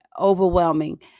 overwhelming